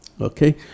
Okay